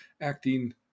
acting